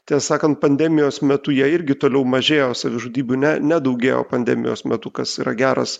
tiesą sakant pandemijos metu jie irgi toliau mažėjo savižudybių ne nedaugėjo pandemijos metu kas yra geras